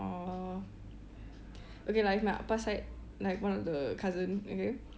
um okay lah it's my அப்பா:appa side like one of the cousin okay